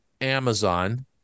Amazon